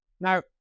now